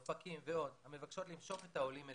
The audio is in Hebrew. אופקים ועוד המבקשות למשוך את העולים אליהן.